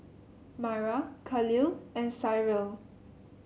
Myra Khalil and Cyril